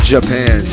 Japan